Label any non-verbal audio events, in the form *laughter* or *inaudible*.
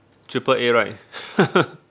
triple A right *laughs*